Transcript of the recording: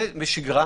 זה בשגרה.